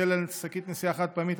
היטל על שקית נשיאה חד-פעמית),